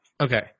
Okay